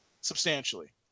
substantially